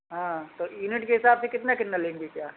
हाँ तो यूनिट के हिसाब से कितना कितना लेंगे क्या